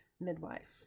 midwife